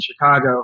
Chicago